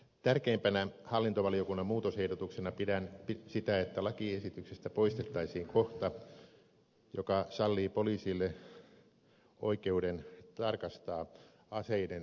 tärkeimpänä hallintovaliokunnan muutosehdotuksena pidän sitä että lakiesityksestä poistettaisiin kohta joka sallii poliisille oikeuden tarkastaa aseiden säilyttämistä